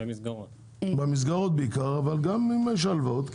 על המסגרות בעיקר אבל גם על הלוואות.